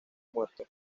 muerto